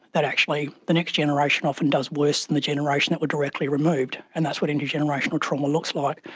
that actually the next generation often does worse than the generation that were directly removed, and that's what intergenerational trauma looks like.